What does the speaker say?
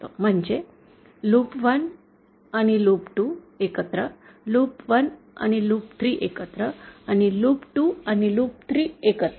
म्हणजे लूप 1 आणि लूप 2 एकत्र लूप 1 लूप 3 एकत्र आणि 2 लूप 3 एकत्र